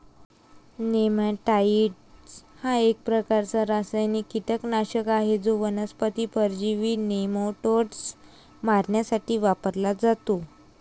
नेमॅटाइड हा एक प्रकारचा रासायनिक कीटकनाशक आहे जो वनस्पती परजीवी नेमाटोड्स मारण्यासाठी वापरला जातो